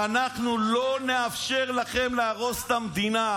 ואנחנו לא נאפשר לכם להרוס את המדינה,